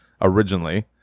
originally